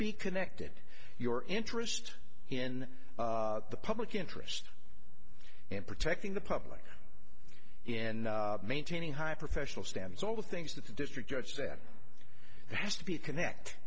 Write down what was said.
be connected your interest in the public interest in protecting the public in maintaining high professional standards all the things that the district judge said has to be connect